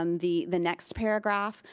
um the the next paragraph,